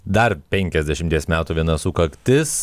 dar penkiasdešimties metų viena sukaktis